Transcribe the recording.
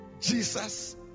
Jesus